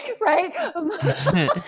right